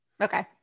okay